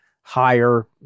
higher